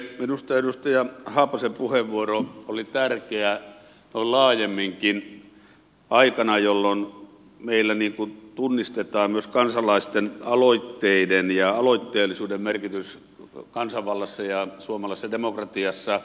minusta edustaja haapasen puheenvuoro oli tärkeä noin laajemminkin aikana jolloin meillä tunnistetaan myös kansalaisten aloitteiden ja aloitteellisuuden merkitys kansanvallassa ja suomalaisessa demokratiassa